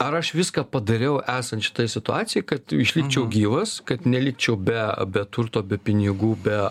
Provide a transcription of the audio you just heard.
ar aš viską padariau esant šitai situacijai kad išlikčiau gyvas kad nelikčiau be be turto be pinigų be